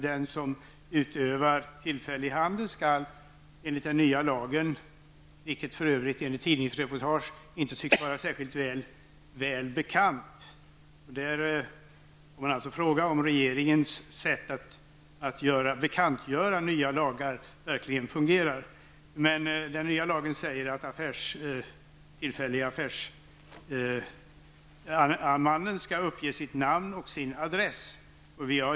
Den som utövar tillfällig handel skall enligt den nya lagen, som för övrigt enligt ett tidningsreportage inte tycks vara särskilt väl bekant -- frågan är alltså om regeringens sätt att bekantgöra nya lagar verkligen fungerar -- uppge sitt namn och sin adress.